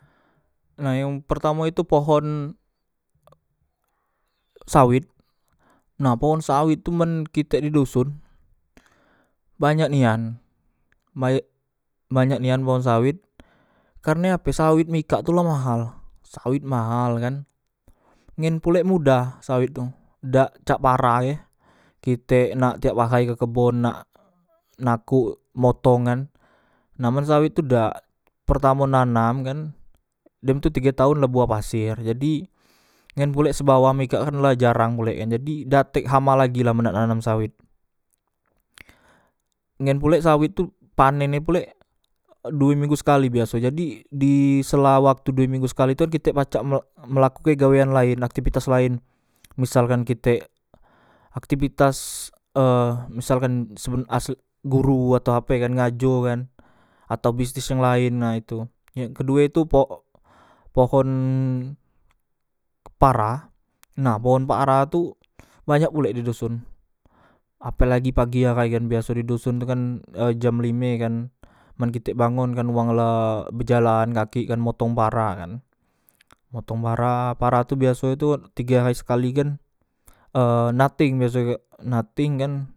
Nah yang pertamo itu pohon sawet nah pohon sawet tu men kitek di doson banyak nian baye banyak nian pohon sawet karne ape sawet mikak tu la mahal sawet mahal kan ngen pulek mudah sawet tu dak cak para e kitek nak tiap ahay ke kebon nak nako motong kan nah men sawet tu dak pertamo nanam kan dem tu tige taon la buah paser jadi ngen pulek sebawa mekak kan la jarang pulek kan jadi dak tek hama lagi la men nak nanam sawet ngen pulek sawet tu panen e pulek due minggu sekali biasoe jadi di sela waktu due minggu sekali tu kitek macak e melakuke gawean laen aktipitas laen misalkan kitek aktipitas e misalkan sebelom guru atau ape kan ngajo kan atau bisnis yang laen nah itu kedue itu po pohon para na pohon para tu banyak pulek di doson ape lagi pagi ahay kan biaso di doson tu kan jam lime kan men kitek bangon kan wong la bejalan kakik kan motong para kan motong para para tu biasoe tu tige ahay sekali kan e nateng biasoe ek nateng kan